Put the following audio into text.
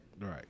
Right